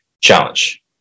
challenge